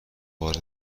وارد